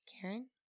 Karen